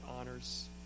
honors